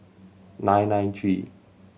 nine nine three